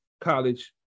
college